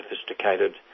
sophisticated